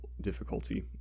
difficulty